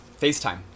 FaceTime